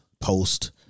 post